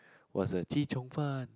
was the chee-cheong-fun